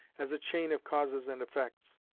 as a chain of causes and effects,